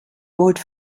vote